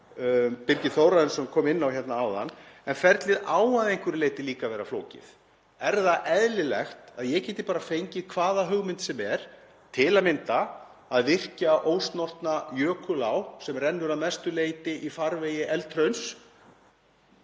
Birgir Þórarinsson kom inn á hérna áðan. En ferlið á að einhverju leyti líka að vera flókið. Er það eðlilegt að ég geti bara fengið hvaða hugmynd sem er, til að mynda að virkja ósnortna jökulá sem rennur að mestu leyti í farvegi eldhrauns